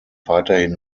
weiterhin